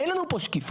אין לנו פה שקיפות,